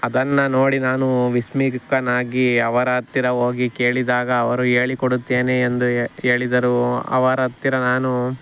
ಅದನ್ನು ನೋಡಿ ನಾನು ವಿಸ್ಮಿತನಾಗಿ ಅವರ ಹತ್ತಿರ ಹೋಗಿ ಕೇಳಿದಾಗ ಅವರು ಹೇಳಿಕೊಡುತ್ತೇನೆ ಎಂದು ಹೇಳಿದರು ಅವರ ಹತ್ತಿರ ನಾನು